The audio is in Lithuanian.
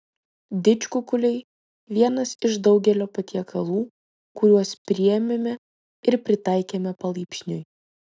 didžkukuliai vienas iš daugelio patiekalų kuriuos priėmėme ir pritaikėme palaipsniui